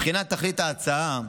מבחינת תכלית ההצעה,